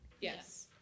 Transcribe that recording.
Yes